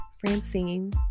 Francine